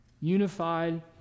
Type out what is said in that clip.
Unified